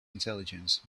intelligence